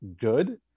good